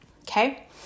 okay